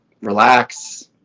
relax